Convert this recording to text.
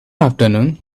afternoon